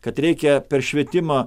kad reikia per švietimą